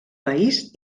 país